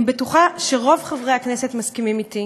אני בטוחה שרוב חברי הכנסת מסכימים אתי